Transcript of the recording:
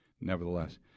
nevertheless